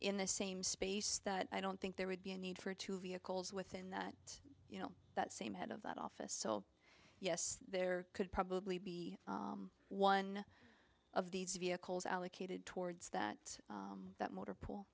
in the same space that i don't think there would be a need for two vehicles within that you know that same head of that office so yes there could probably be one of these vehicles allocated towards that that motor pool